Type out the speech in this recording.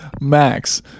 Max